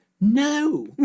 no